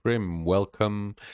welcome